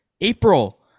April